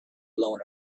blown